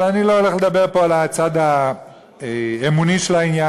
אבל אני לא הולך לדבר פה על הצד האמוני של העניין,